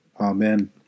Amen